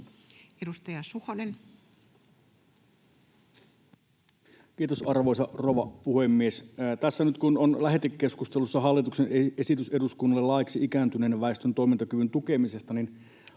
18:33 Content: Kiitos, arvoisa rouva puhemies! Tässä nyt, kun on lähetekeskustelussa hallituksen esitys eduskunnalle laiksi ikääntyneen väestön toimintakyvyn tukemisesta, niin